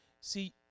See